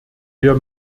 wir